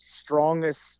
strongest